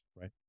right